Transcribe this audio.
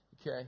Okay